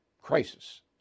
crisis